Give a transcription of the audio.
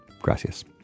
Gracias